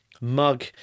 mug